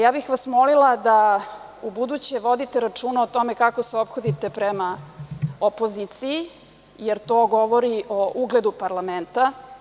Ja bih vas molila da ubuduće vodite računa o tome kako se ophodite prema opoziciji, jer to govori o ugledu parlamenta.